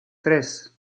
tres